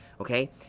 Okay